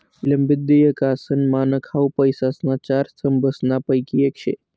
विलंबित देयकासनं मानक हाउ पैसासना चार स्तंभसनापैकी येक शे